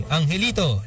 Angelito